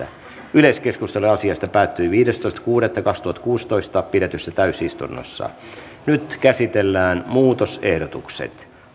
yleiskeskustelu asiasta päättyi viidestoista kuudetta kaksituhattakuusitoista pidetyssä täysistunnossa nyt käsitellään muutosehdotukset